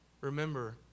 Remember